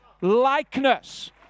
likeness